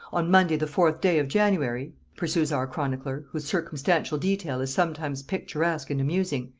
on monday the fourth day of january, pursues our chronicler, whose circumstantial detail is sometimes picturesque and amusing,